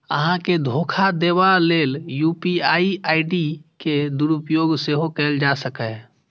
अहां के धोखा देबा लेल यू.पी.आई आई.डी के दुरुपयोग सेहो कैल जा सकैए